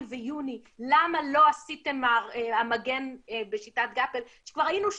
ויוני: למה לא עשיתם מגן בשיטת "גאפל" שכבר היינו שם,